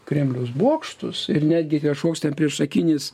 kremliaus bokštus ir netgi kažkoks ten priešakinis